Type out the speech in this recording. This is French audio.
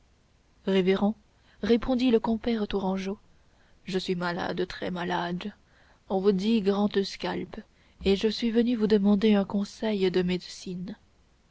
révérend répondit le compère tourangeau je suis malade très malade on vous dit grand esculape et je suis venu vous demander un conseil de médecine